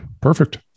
Perfect